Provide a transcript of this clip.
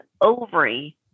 ovary